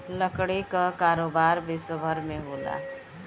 लकड़ी कअ कारोबार विश्वभर में होला